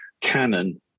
canon